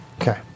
Okay